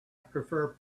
prefer